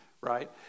right